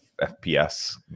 FPS